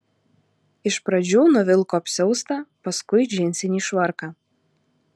iš pradžių nuvilko apsiaustą paskui džinsinį švarką